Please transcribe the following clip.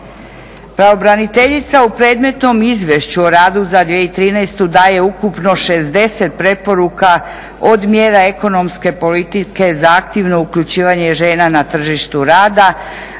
Pravobraniteljica u predmetnom Izvješću o radu za 2013. daje ukupno 60 preporuka od mjera ekonomske politike za aktivno uključivanje žena na tržištu rada